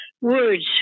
Words